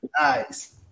Nice